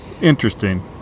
Interesting